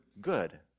good